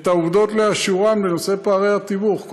את העובדות בנושא פערי התיווך לאשורן,